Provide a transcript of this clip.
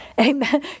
Amen